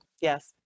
yes